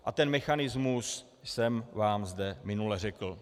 A ten mechanismus jsem vám zde minule řekl.